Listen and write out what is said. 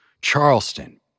Charleston